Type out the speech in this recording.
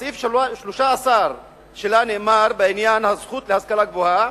בסעיף 13 שלה נאמר, בעניין הזכות להשכלה גבוהה: